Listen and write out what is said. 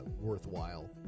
worthwhile